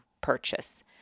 purchase